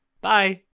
bye